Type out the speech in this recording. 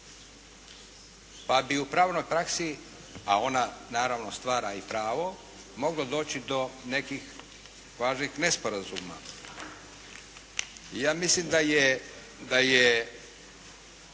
Pa bi u pravnoj praksi, a ona naravno stvara i pravo moglo doći do nekih važnih nesporazuma. I ja mislim da je